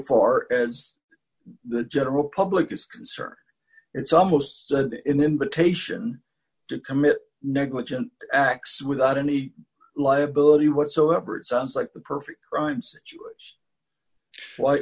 far as the general public is concerned it's almost an invitation to commit negligent acts without any liability whatsoever it sounds like the perfect crimes